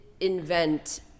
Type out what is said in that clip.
invent